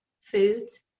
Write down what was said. foods